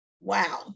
Wow